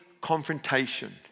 Confrontation